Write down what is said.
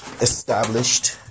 Established